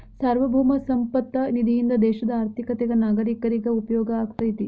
ಸಾರ್ವಭೌಮ ಸಂಪತ್ತ ನಿಧಿಯಿಂದ ದೇಶದ ಆರ್ಥಿಕತೆಗ ನಾಗರೇಕರಿಗ ಉಪಯೋಗ ಆಗತೈತಿ